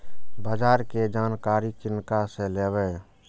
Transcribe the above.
बाजार कै जानकारी किनका से लेवे?